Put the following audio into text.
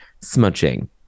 smudging